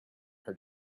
her